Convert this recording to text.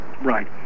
Right